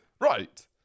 Right